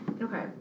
Okay